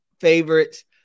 favorites